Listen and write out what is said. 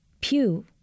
Pew